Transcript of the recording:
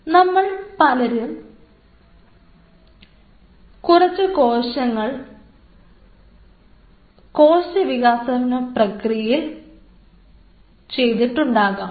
നമ്മളിൽ പലരും കുറച്ച് കോശ വികസനപ്രക്രിയയിൽ പങ്കെടുത്ത ഉണ്ടാവാം